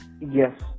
Yes